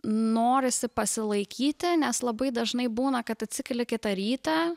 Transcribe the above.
norisi pasilaikyti nes labai dažnai būna kad atsikeli kitą rytą